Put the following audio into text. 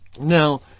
Now